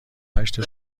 هشت